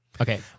Okay